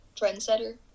trendsetter